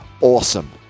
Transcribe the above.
Awesome